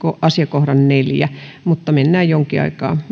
asiakohdan neljä mutta mennään jonkin aikaa